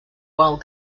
while